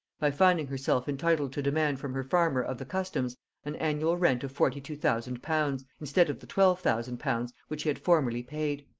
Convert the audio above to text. by finding herself entitled to demand from her farmer of the customs an annual rent of forty-two thousand pounds, instead of the twelve thousand pounds which he had formerly paid.